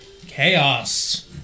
Chaos